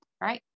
right